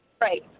Right